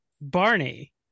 Barney